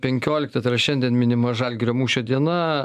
penkioliktą tai yra šiandien minima žalgirio mūšio diena